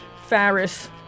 Farris